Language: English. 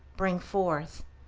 bring forth.